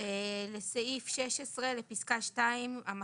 לא אושר ההסתייגויות הוסרו.